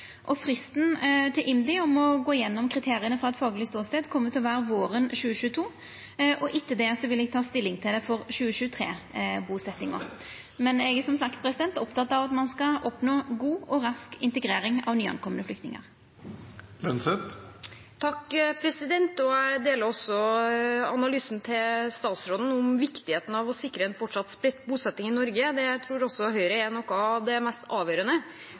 Fristen til IMDi om å gå gjennom kriteria frå ein fagleg ståstad kjem til å vera våren 2022, og etter det vil eg ta stilling til det for 2023-busetjinga. Men eg er som sagt oppteken av at ein skal oppnå god og rask integrering av nykomne flyktningar. Jeg deler også analysen til statsråden om viktigheten av å sikre en fortsatt spredt bosetting i Norge. Det tror også Høyre er noe av det mest avgjørende